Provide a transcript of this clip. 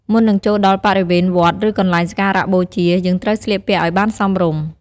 មុននឹងចូលដល់បរិវេណវត្ត ឬកន្លែងសក្ការបូជា យើងត្រូវស្លៀកពាក់ឲ្យបានសមរម្យ។